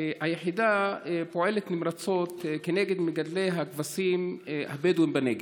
היחידה פועלת נמרצות נגד מגדלי הכבשים הבדואים בנגב.